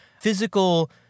physical